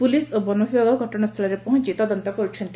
police ଓ ବନ ବିଭାଗ ଘଟଶାସ୍ଛଳରେ ପହଞ୍ ତଦନ୍ତ କର୍ବଛନ୍ତି